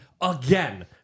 again